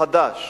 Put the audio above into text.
חדש